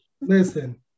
Listen